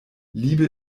liebe